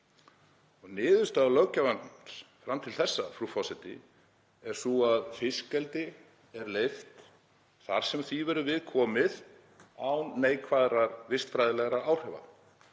Niðurstaða löggjafans fram til þessa, frú forseti, er sú að fiskeldi er leyft þar sem því verður við komið án neikvæðra vistfræðilegra áhrifa.